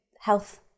health